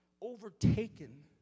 overtaken